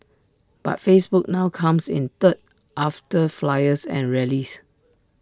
but Facebook now comes in third after flyers and rallies